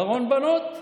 קרון בנות.